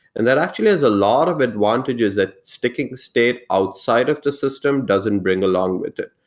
and that actually has a lot of advantages that sticking state outside of the system doesn't bring along with it.